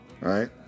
Right